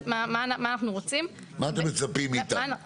למה אתם מצפים מאתנו?